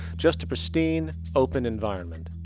just a pristine, open environment.